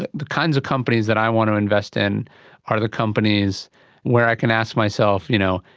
the the kinds of companies that i want to invest in are the companies where i can ask myself, you know,